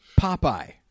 popeye